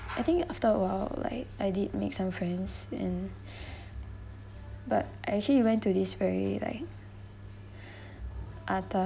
I think after a while like I did make some friends and but I actually went to this very like atas